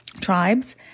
tribes